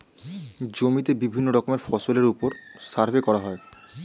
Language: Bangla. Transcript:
জমিতে বিভিন্ন রকমের ফসলের উপর সার্ভে করা হয়